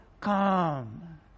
come